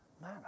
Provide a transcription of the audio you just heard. Man